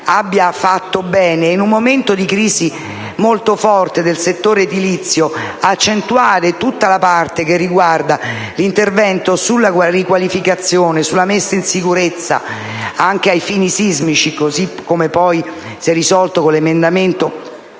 in questi anni, in un momento di crisi molto forte del settore edilizio, abbia fatto bene accentuare tutta la parte che riguarda l'intervento sulla riqualificazione e la messa in sicurezza, anche ai fini sismici, così come poi si è risolto con l'emendamento